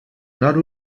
nord